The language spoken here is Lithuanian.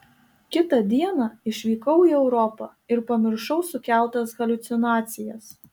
kitą dieną išvykau į europą ir pamiršau sukeltas haliucinacijas